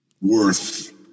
worth